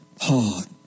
hard